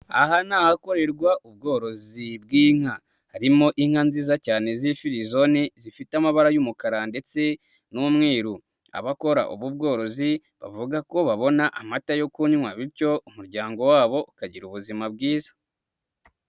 Aha ni ahakorerwa ubworozi bw'inka, harimo inka nziza cyane z'ifirizoni, zifite amabara y'umukara ndetse n'umweru, abakora ubu bworozi, bavuga ko babona amata yo kunywa, bityo umuryango wabo ukagira ubuzima bwiza.